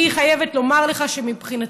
אני חייבת לומר לך שמבחינתי,